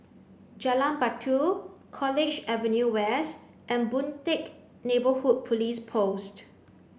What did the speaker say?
Jalan Batu College Avenue West and Boon Teck Neighbourhood Police Post